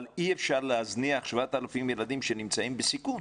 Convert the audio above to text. אבל אי אפשר להזניח 7,000 ילדים שנמצאים בסיכון.